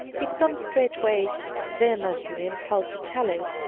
he becomes straightway vehemently impelled to tell it,